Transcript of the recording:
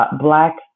Black